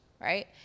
right